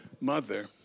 Mother